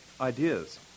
ideas